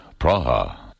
Praha